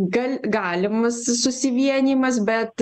gal galimas susivienijimas bet